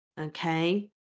Okay